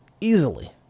easily